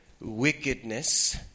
wickedness